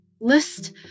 list